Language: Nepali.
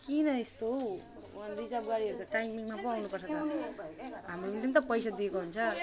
किन यस्तो हौ रिजर्व गाडीहरू त टाइमिङमा पो आउनुपर्छ हामीहरूले पनि त पैसा दिएको हुन्छ